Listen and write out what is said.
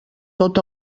tot